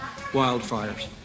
wildfires